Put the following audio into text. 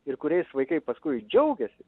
ir kuriais vaikai paskui džiaugiasi